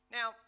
Now